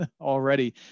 already